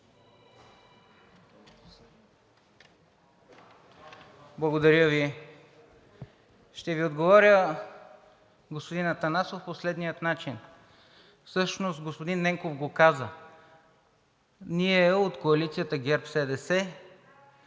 Благодаря Ви. Ще Ви отговоря, господин Атанасов, по следния начин. Всъщност господин Ненков го каза. Ние от Коалицията „ГЕРБ-СДС“